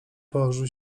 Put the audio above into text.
położył